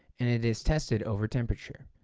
and it is tested over temperature.